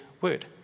word